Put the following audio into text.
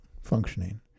functioning